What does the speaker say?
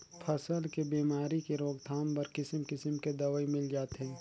फसल के बेमारी के रोकथाम बर किसिम किसम के दवई मिल जाथे